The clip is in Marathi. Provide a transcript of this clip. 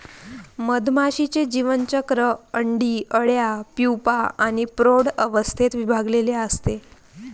मधमाशीचे जीवनचक्र अंडी, अळ्या, प्यूपा आणि प्रौढ अवस्थेत विभागलेले असते